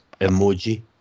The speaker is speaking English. emoji